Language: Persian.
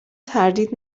تردید